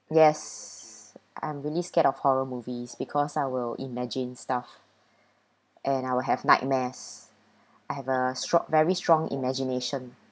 yes I'm really scared of horror movies because I will imagine stuff and I will have nightmares I have a stro~ very strong imagination